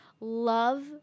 Love